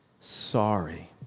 sorry